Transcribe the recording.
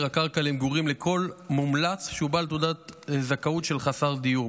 הקרקע למגורים לכל מומלץ שהוא בעל תעודת זכאות של חסר דיור.